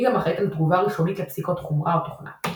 היא גם אחראית על תגובה ראשונית לפסיקות חומרה או תוכנה.